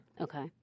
Okay